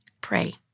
Pray